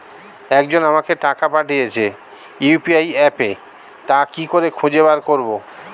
একজন আমাকে টাকা পাঠিয়েছে ইউ.পি.আই অ্যাপে তা কি করে খুঁজে বার করব?